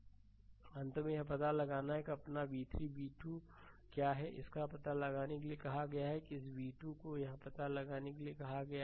slide समय देखें 2701 अंत में यह पता लगाना है कि अपना v3 v2 क्या है इसका पता लगाने के लिए कहा गया है इस v2 को यह पता लगाने के लिए कहा गया है